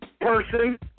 person